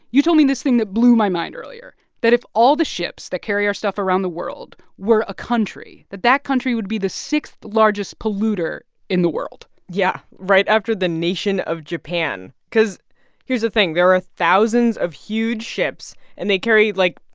you told me this thing that blew my mind earlier that if all the ships that carry our stuff around the world were a country, that that country would be the sixth-largest polluter in the world yeah, right after the nation of japan, because here's the thing. there are thousands of huge ships, and they carry, like,